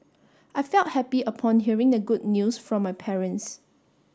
I felt happy upon hearing the good news from my parents